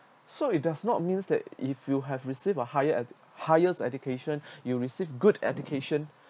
so it does not means that if you have received a higher edu~ highest education you received good education